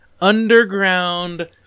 underground